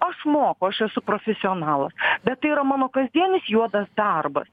aš moku aš esu profesionalas bet tai yra mano kasdienis juodas darbas